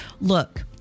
look